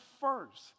first